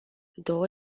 două